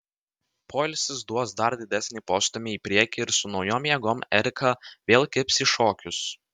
poilsis duos dar didesnį postūmį į priekį ir su naujom jėgom erika vėl kibs į šokius